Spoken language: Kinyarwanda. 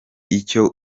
icyo